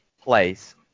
place